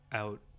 out